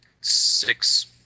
six